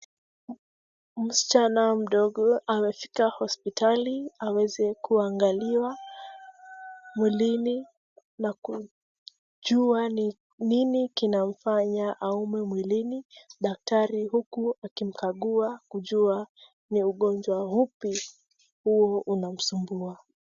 Msichana mdogo amefika hospitali aweze kuangaliwa ulimi na kujua ni nini kinamfanya aumwe nwilini daktari huku akimkagua kujua ni ugonjwa upi huo unamsumbua .